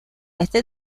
este